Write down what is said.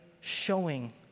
showing